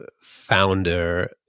founder